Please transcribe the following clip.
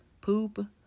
poop